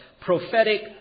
prophetic